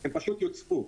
הם פשוט יוצפו.